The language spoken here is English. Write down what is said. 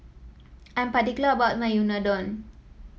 I am particular about my Unadon